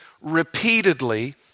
repeatedly